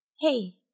hey